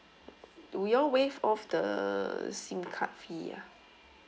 do you all waive off the SIM card fee ah